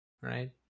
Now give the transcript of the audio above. right